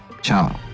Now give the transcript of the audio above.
Ciao